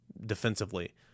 defensively